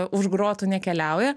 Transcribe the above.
už grotų nekeliauja